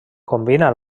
combina